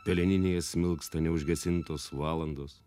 peleninėje smilksta neužgesintos valandos